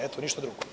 Eto, ništa drugo.